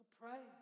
pray